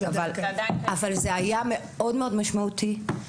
זה היה מאוד מאוד משמעותי.